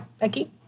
Becky